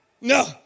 no